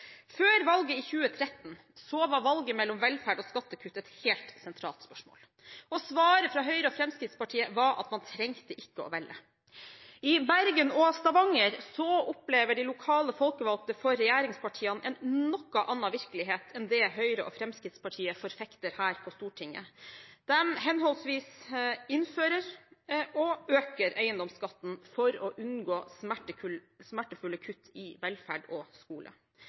Før valget i 2013 var valget mellom velferd og skattekutt et helt sentralt spørsmål. Svaret fra Høyre og Fremskrittspartiet var at man ikke trengte å velge. I Bergen og Stavanger opplever de lokale folkevalgte fra regjeringspartiene en noe annen virkelighet enn det Høyre og Fremskrittspartiet forfekter her på Stortinget. De henholdsvis innfører og øker eiendomsskatten for å unngå smertefulle kutt i velferd og skole.